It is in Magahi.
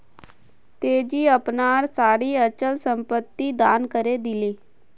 तेजी अपनार सारी अचल संपत्ति दान करे दिले